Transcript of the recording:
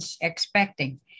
expecting